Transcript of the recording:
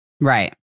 Right